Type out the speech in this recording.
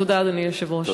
תודה, אדוני היושב-ראש.